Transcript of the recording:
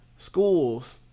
Schools